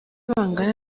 bangana